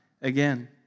again